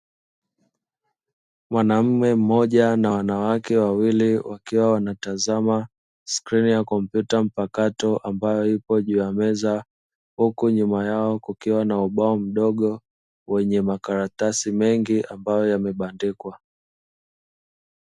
Mwanaume mmoja na wanawake wawili wakiwa wanatazama skrini ya kompyuta mpakato ambayo ipo juu ya meza, huku nyuma yao kukiwa na ubao mdogo wenye makaratasi mengi ambayo yamebandikwa.